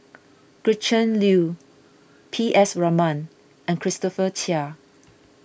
Gretchen Liu P S Raman and Christopher Chia